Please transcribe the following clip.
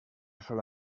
sola